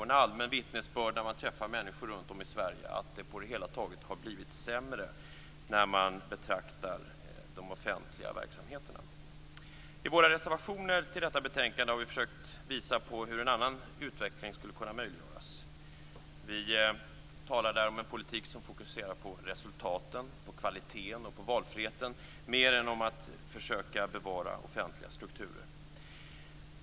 Ett allmänt vittnesbörd när man träffar människor runt om i Sverige är att det på det hela taget har blivit sämre med de offentliga verksamheterna. I våra reservationer till detta betänkande har vi försökt visa hur en annan utveckling skulle kunna möjliggöras. Vi talar där om en politik som fokuserar på resultaten, på kvaliteten och på valfriheten mer än på att försöka bevara offentliga strukturer.